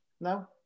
No